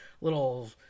little